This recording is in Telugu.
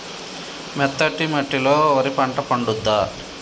మెత్తటి మట్టిలో వరి పంట పండుద్దా?